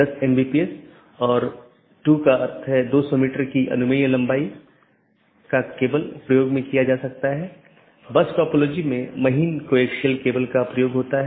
एक AS traffic की निश्चित श्रेणी के लिए एक विशेष AS पाथ का उपयोग करने के लिए ट्रैफिक को अनुकूलित कर सकता है